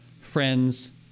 Friends